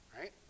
right